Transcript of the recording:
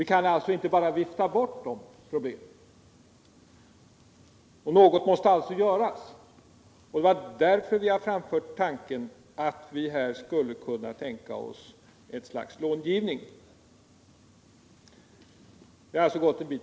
Vi kan inte bara vifta bort de problemen, utan något måste göras. Det är därför vi har framfört tanken på ett slags långivning.